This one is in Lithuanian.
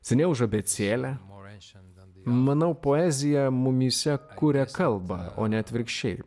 seniau už abėcėlę manau poezija mumyse kuria kalbą o ne atvirkščiai